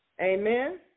Amen